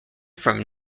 from